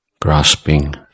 grasping